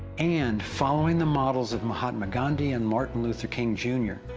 and following the models of mahatma gandhi and martin luther king jr.